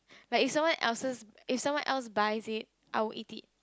like someone else's is someone else buy it I will eat it